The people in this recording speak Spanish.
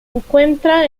encuentra